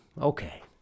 okay